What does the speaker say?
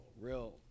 real